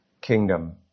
kingdom